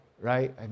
Right